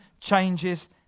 changes